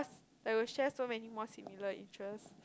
like we will share so many more similar interest